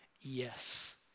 yes